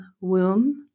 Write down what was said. womb